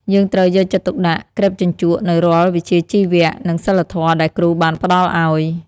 យើងត្រូវយកចិត្តទុកដាក់ក្រេបជញ្ជក់នូវរាល់វិជ្ជាជីវៈ និងសីលធម៌ដែលគ្រូបានផ្តល់ឱ្យ។